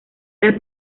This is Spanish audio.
las